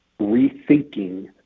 rethinking